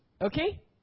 okay